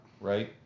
Right